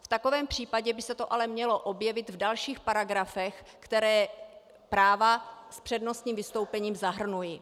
V takovém případě by se to ale mělo objevit v dalších paragrafech, které práva s přednostním vystoupením zahrnují.